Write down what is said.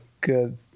good